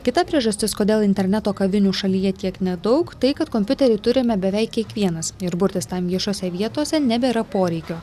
kita priežastis kodėl interneto kavinių šalyje tiek nedaug tai kad kompiuterį turime beveik kiekvienas ir burtis tam viešose vietose nebėra poreikio